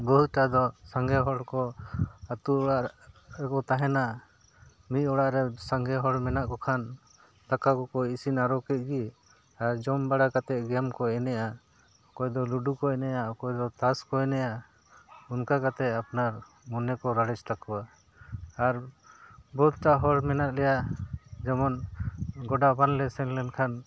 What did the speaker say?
ᱵᱩᱦᱩᱛᱴᱟ ᱫᱚ ᱥᱟᱸᱜᱮ ᱦᱚᱲ ᱠᱚ ᱟᱛᱳ ᱚᱲᱟᱜ ᱨᱮᱠᱚ ᱛᱟᱦᱮᱱᱟ ᱢᱤᱫ ᱚᱲᱟᱜ ᱨᱮ ᱥᱟᱸᱜᱮ ᱦᱚᱲ ᱢᱮᱱᱟᱜ ᱠᱚ ᱠᱷᱟᱱ ᱫᱟᱠᱟ ᱠᱚᱠᱚ ᱤᱥᱤᱱ ᱟᱨᱚ ᱠᱮᱫ ᱜᱮ ᱟᱨ ᱡᱚᱢ ᱵᱟᱲᱟ ᱠᱟᱛᱮᱫ ᱜᱮᱢ ᱠᱚ ᱮᱱᱮᱡᱼᱟ ᱚᱠᱚᱭ ᱫᱚ ᱞᱩᱰᱩ ᱠᱚ ᱮᱱᱮᱡᱼᱟ ᱚᱠᱚᱭ ᱫᱚ ᱛᱟᱥ ᱠᱚ ᱮᱱᱮᱡᱼᱟ ᱚᱱᱠᱟ ᱠᱟᱛᱮᱫ ᱟᱯᱱᱟᱨ ᱢᱚᱱᱮ ᱠᱚ ᱨᱟᱲᱮᱡᱽ ᱛᱟᱠᱚᱣᱟ ᱟᱨ ᱵᱚᱦᱩᱛᱴᱟ ᱦᱚᱲ ᱢᱮᱱᱟᱜ ᱞᱮᱭᱟ ᱡᱮᱢᱚᱱ ᱜᱚᱰᱟ ᱵᱟᱝᱞᱮ ᱥᱮᱱ ᱞᱮᱱᱠᱷᱟᱱ